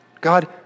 God